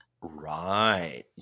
Right